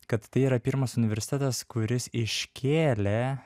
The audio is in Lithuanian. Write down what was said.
kad tai yra pirmas universitetas kuris iškėlė